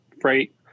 freight